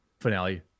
finale